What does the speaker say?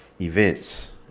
events